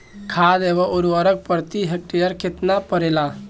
खाद व उर्वरक प्रति हेक्टेयर केतना परेला?